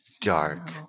dark